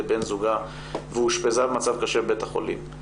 בן זוגה ואושפזה במצב קשה בבית החולים.